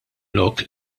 lok